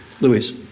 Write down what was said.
Luis